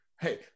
Hey